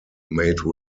made